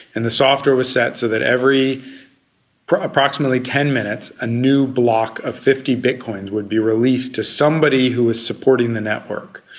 and the software was set so that every approximately ten minutes a new block of fifty bitcoins would be released to somebody who was supporting the network.